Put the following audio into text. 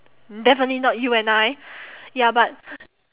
definitely not you and I ya but